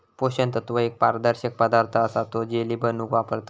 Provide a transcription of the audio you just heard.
पोषण तत्व एक पारदर्शक पदार्थ असा तो जेली बनवूक वापरतत